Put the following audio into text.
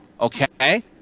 Okay